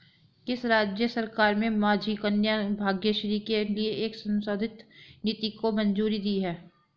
किस राज्य सरकार ने माझी कन्या भाग्यश्री के लिए एक संशोधित नीति को मंजूरी दी है?